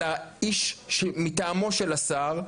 אלא איש מטעמו של השר,